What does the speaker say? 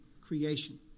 creation